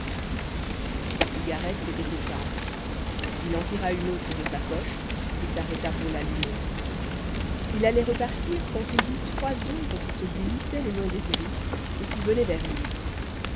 sa cigarette s'était éteinte il en tira une autre de sa poche et s'arrêta pour l'allumer il allait repartir quand il vit trois ombres qui se glissaient le long des grilles et qui venaient vers lui